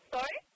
Sorry